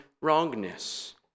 wrongness